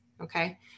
okay